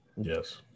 Yes